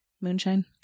Moonshine